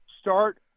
start